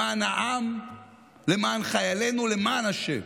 למען העם למען חיילינו, למען השם,